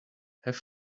have